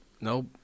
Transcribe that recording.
nope